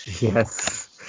Yes